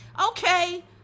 okay